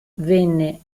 venne